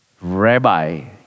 rabbi